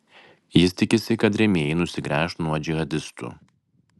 jis tikisi kad rėmėjai nusigręš nuo džihadistų